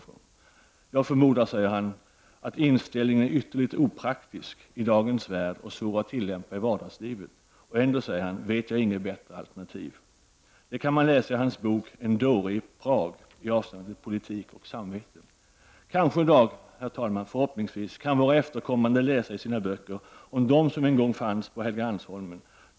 Jag förmodar att inställningen är ytterligt opraktisk i dagens värld och svår att tillämpa i vardagslivet. Ändå vet jag inget bättre alternativ.” Detta kan vi läsa i Våclav Havels bok En dåre i Prag i avsnittet Politik och samvete. Kanske en dag, förhoppningsvis, kan våra efterkommande läsa i sina böcker om dem som en gång fanns på Helgeandsholmen.